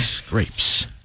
grapes